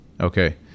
okay